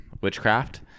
witchcraft